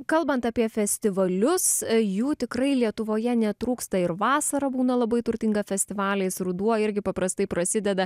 kalbant apie festivalius jų tikrai lietuvoje netrūksta ir vasara būna labai turtinga festivaliais ruduo irgi paprastai prasideda